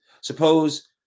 suppose